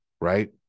right